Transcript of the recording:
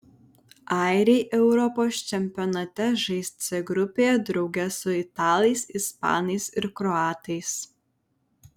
airiai europos čempionate žais c grupėje drauge su italais ispanais ir kroatais